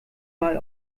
mal